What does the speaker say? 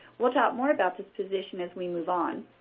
we'll talk more about this position as we move on.